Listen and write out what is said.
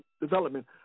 development